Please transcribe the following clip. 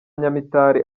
nyamitari